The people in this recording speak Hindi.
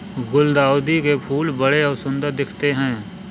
गुलदाउदी के फूल बड़े और सुंदर दिखते है